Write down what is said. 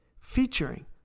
featuring